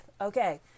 okay